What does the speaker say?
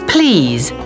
Please